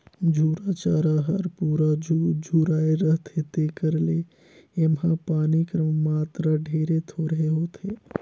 झूरा चारा हर पूरा झुराए रहथे तेकर ले एम्हां पानी कर मातरा ढेरे थोरहें होथे